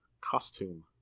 costume